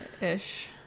ish